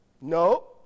no